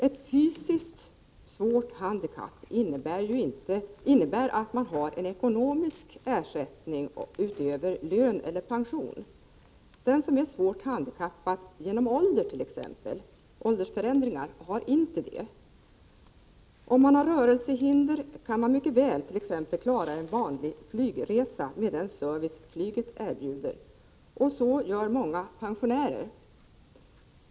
Ett svårt fysiskt handikapp innebär att man har en ekonomisk ersättning utöver lön eller pension. Den som är svårt handikappad genom t.ex. åldersförändringar har inte det. Om man har rörelsehinder kan man mycket väl klara en vanlig flygresa med den service flyget erbjuder, och så gör många pensionärer.